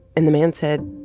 and the man said,